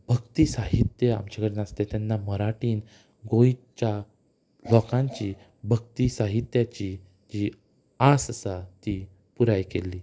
भक्ती साहित्य आमचे कडेन नासलें तेन्ना मराठीन गोंयच्या लोकांची भक्ती साहित्याची जी आस आसा ती पुराय केल्ली